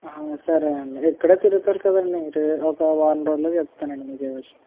ఆహా సరేండి ఇక్కడే తిరుగుతారు కదండీ రే ఒక వారం రోజుల్లో చెప్తానండి మీకు ఏ విషయం